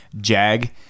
Jag